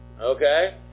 okay